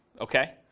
okay